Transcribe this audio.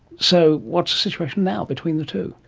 so what the situation now between the two?